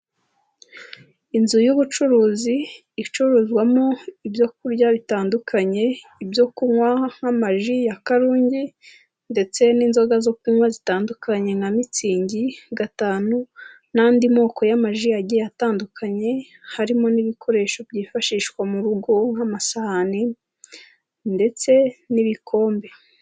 Inzu y'ubucuruzi icuruzwamo ibyo kurya bitandukanye, ibyo kunywa nk'amaji ya karungi ndetse n'inzoga zo kunywa zitandukanye nka mitsingi, gatanu n'andi moko y'amaji agiye atandukanye, harimo n'ibikoresho byifashishwa mu rugo nk'amasahani ndetse n'ibikombe.